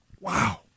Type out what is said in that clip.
Wow